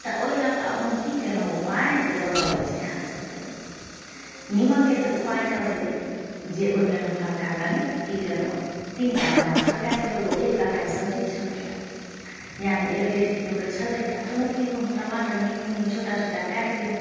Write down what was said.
तऽ ओहि लऽकऽ अब हम कि कयलहुँ उपाय जे बतबैत छी अहाँ सबके नीमकके तऽ उपाय कऽ देली जे ओइमे हम हल्का कनि की कयलहुँ तीन टा टमाटर काटि लेलहुँ एक कराही सब्जी छलैया यानि एक डेढ़ किलोके छलैया तऽ ओहिमे तीन गो टमाटर मेहींँ मेहींँ छोटा छोटा काटि लेलहुँ